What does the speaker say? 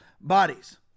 bodies